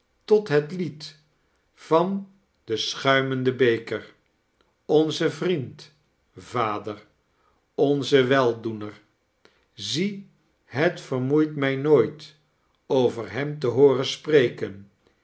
tot het lied van den sohuimenden bekeir onze vriend vader onze weldoener zie het vermoeit mij nooit over hem te hooren spreken